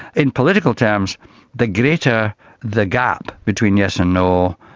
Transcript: in political terms the greater the gap between yes and no,